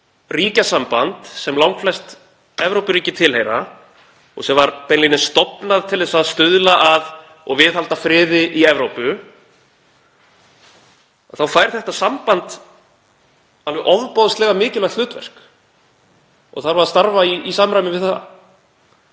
að ríkjasamband sem langflest Evrópuríki tilheyra og sem var beinlínis stofnað til að stuðla að og viðhalda friði í Evrópu — þá fær þetta samband alveg ofboðslega mikilvægt hlutverk og þarf að starfa í samræmi við það.